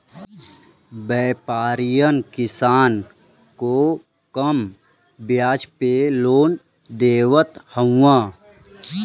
व्यापरीयन किसानन के कम बियाज पे लोन देवत हउवन